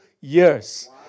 years